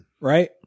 Right